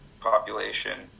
population